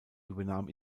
übernahm